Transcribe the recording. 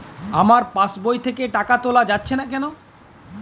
আমার পাসবই থেকে টাকা তোলা যাচ্ছে না কেনো?